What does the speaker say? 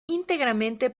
íntegramente